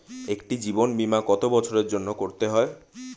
একটি জীবন বীমা কত বছরের জন্য করতে হয়?